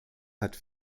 hat